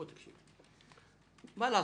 מה לעשות,